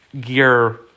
gear